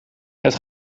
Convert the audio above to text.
het